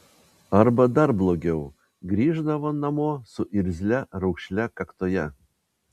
arba dar blogiau grįždavo namo su irzlia raukšle kaktoje